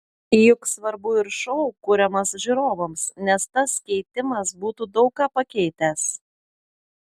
juk svarbu ir šou kuriamas žiūrovams nes tas keitimas būtų daug ką pakeitęs